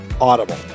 Audible